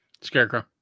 Scarecrow